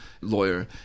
lawyer